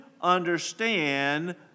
Understand